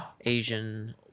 Asian